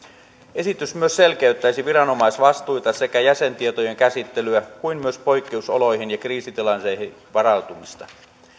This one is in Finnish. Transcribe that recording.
esitys myös selkeyttäisi viranomaisvastuita sekä jäsentietoja käsittelyä kuten myös poikkeusoloihin ja kriisitilanteisiin varautumista